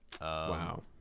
Wow